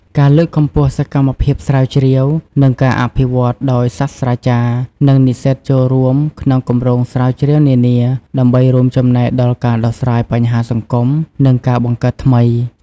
ការលើកកម្ពស់សកម្មភាពស្រាវជ្រាវ និងការអភិវឌ្ឍន៍ដោយសាស្ត្រាចារ្យ និងនិស្សិតចូលរួមក្នុងគម្រោងស្រាវជ្រាវនានា ដើម្បីរួមចំណែកដល់ការដោះស្រាយបញ្ហាសង្គម និងការបង្កើតថ្មី។